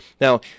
Now